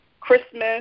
Christmas